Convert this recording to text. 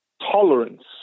tolerance